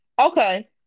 Okay